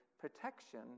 Protection